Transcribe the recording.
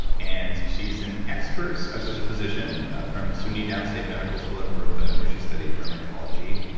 and she's an expert. she's a physician from suny downstate medical school in brooklyn where she studied dermatology.